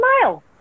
smile